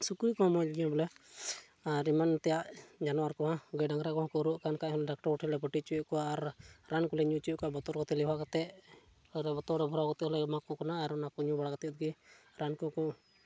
ᱥᱩᱠᱨᱤ ᱠᱚᱦᱚᱸ ᱢᱚᱡᱽ ᱜᱮ ᱵᱚᱞᱮ ᱟᱨ ᱮᱢᱟᱱ ᱛᱮᱭᱟᱜ ᱡᱟᱱᱣᱟᱨ ᱠᱚ ᱜᱟᱹᱭ ᱰᱟᱝᱨᱟ ᱠᱚ ᱨᱩᱣᱟᱹᱜ ᱠᱷᱟᱱ ᱠᱷᱟᱡ ᱰᱟᱠᱛᱟᱨ ᱠᱚᱴᱷᱮᱱ ᱞᱮ ᱯᱟᱹᱴᱤ ᱦᱚᱪᱚᱭᱮᱫ ᱠᱚᱣᱟ ᱟᱨ ᱨᱟᱱ ᱠᱚᱞᱮ ᱧᱩ ᱦᱚᱪᱚᱭᱮᱫ ᱠᱚᱣᱟ ᱵᱚᱛᱳᱞ ᱠᱚᱛᱮ ᱞᱮᱣᱦᱟ ᱠᱟᱛᱮᱫ ᱟᱫᱚ ᱵᱳᱛᱚᱞ ᱨᱮ ᱵᱷᱚᱨᱟᱣ ᱠᱟᱛᱮᱫ ᱞᱮ ᱮᱢᱟ ᱠᱚ ᱠᱟᱱᱟ ᱟᱨ ᱚᱱᱟ ᱠᱚ ᱧᱩ ᱵᱟᱲᱟ ᱠᱟᱛᱮᱫ ᱜᱮ ᱨᱟᱱ ᱠᱚᱠᱚ